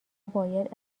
باید